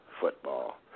football